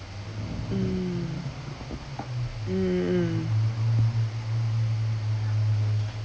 mm mm